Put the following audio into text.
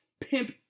pimp